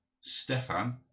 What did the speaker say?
Stefan